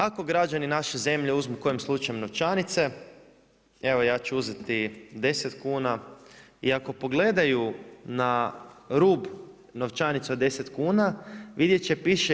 Ako građani naše zemlje uzmu kojim slučajem novčanice evo ja ću uzeti 10 kuna i ako pogledaju na rub novčanice od 10 kuna vidjet će piše